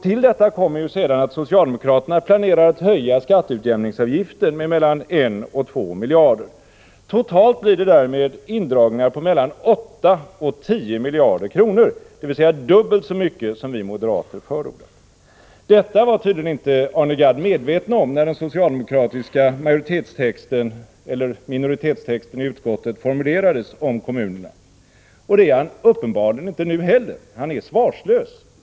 Till detta kommer sedan att socialdemokraterna planerar att höja skatteutjämningsavgiften med mellan 1 och 2 miljarder. Totalt blir det därmed indragningar på mellan 8 och 10 miljarder kronor, dvs. dubbelt så mycket som vi moderater har förordat. Detta var tydligen inte Arne Gadd medveten om när den socialdemokratiska majoritetstexten — eller snarare minoritetstexten — i utskottet formulerades i fråga om kommunerna, och det är han uppenbarligen inte nu heller. Han är svarslös.